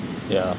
yeah